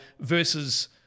versus